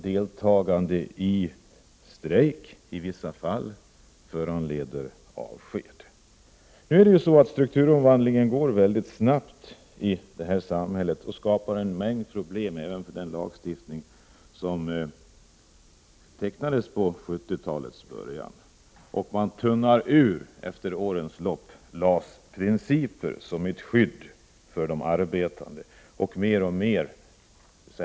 Deltagande i strejk föranleder i vissa fall avskedande. Strukturomvandlingen går mycket snabbt i vårt samhälle. Det skapar en mängd problem, även för den lagstiftning som tillkom i början av 1970-talet. Under årens lopp har principerna om skydd för de arbetande i lagen om anställningsskydd tunnats ut.